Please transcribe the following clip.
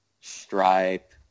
Stripe